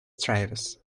travis